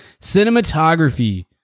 Cinematography